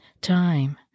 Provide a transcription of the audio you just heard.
time